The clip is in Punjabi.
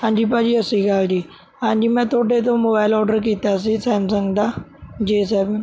ਹਾਂਜੀ ਭਾਅ ਜੀ ਸਤਿ ਸ਼੍ਰੀ ਅਕਾਲ ਜੀ ਹਾਂਜੀ ਮੈਂ ਤੁਹਾਡੇ ਤੋਂ ਮੋਬਾਇਲ ਔਡਰ ਕੀਤਾ ਸੀ ਸੈੱਮਸੰਗ ਦਾ ਜੇ ਸੈਵਨ